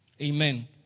Amen